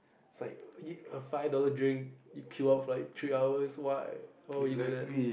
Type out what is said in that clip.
it's like a five dollars drink you queue up for like three hours why why would you do that